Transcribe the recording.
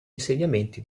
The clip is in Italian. insediamenti